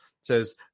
says